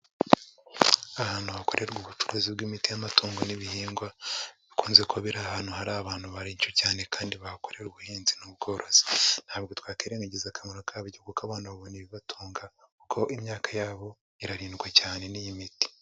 Ahantu hakorerwa ubucuruzi bw'imiti y'amatungo n'ibihingwa bikunze kuba biri ahantu hari abantu barembye cyane kandi bahakorera ubuhinzi n'ubworozi, ntabwo twakwirengagiza akamaro kabyo kuko abantu babona ibibatunga kuko imyaka yabo irarindwa cyane n'iyi miti.